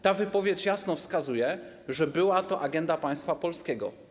Ta wypowiedź jasno wskazuje, że była to agenda państwa polskiego.